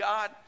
God